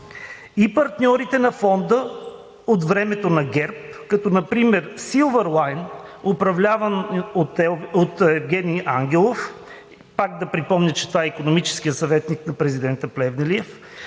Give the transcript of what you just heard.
и партньорите на Фонда от времето на ГЕРБ, като например „Силвърлайн“, управляван от Евгени Ангелов – пак да припомня, че това е икономическият съветник на президента Плевнелиев.